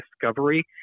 discovery